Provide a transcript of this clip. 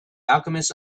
alchemist